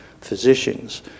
physicians